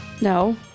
No